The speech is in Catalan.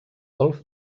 golf